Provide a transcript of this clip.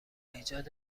ایجاد